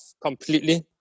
completely